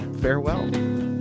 Farewell